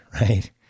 right